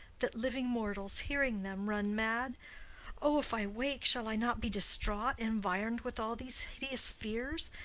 that living mortals, hearing them, run mad o, if i wake, shall i not be distraught, environed with all these hideous fears,